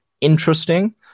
interesting